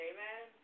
Amen